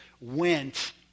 went